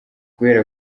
guhera